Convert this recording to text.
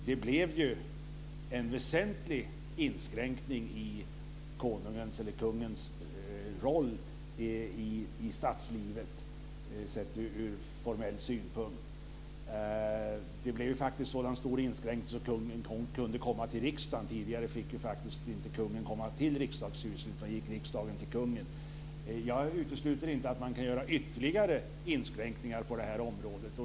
Det blev en väsentlig inskränkning i kungens roll i statslivet sett ur formell synpunkt. Det blev faktiskt en så stor inskränkning att kungen kunde komma till riksdagen. Tidigare fick ju kungen faktiskt inte komma till Riksdagshuset, utan då gick riksdagen till kungen. Jag utesluter inte att man kan göra ytterligare inskränkningar på det här området.